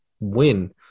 win